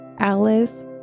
Alice